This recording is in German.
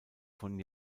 von